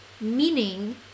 meaning